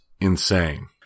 insane